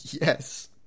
Yes